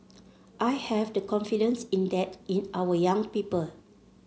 I have the confidence in that in our young people